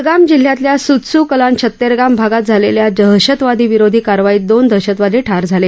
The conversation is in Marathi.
बडगाम जिल्ह्यातल्या सूतसू कलान छत्तेरगाम भागात झालेल्या दहशतवाद विरोधी कारवाईत दोन दहशतवादी ठार झाले